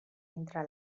entre